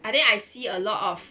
I think I see a lot of